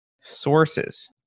sources